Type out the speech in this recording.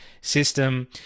system